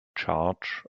charge